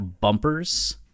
bumpers